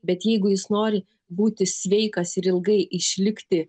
bet jeigu jis nori būti sveikas ir ilgai išlikti